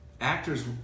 actors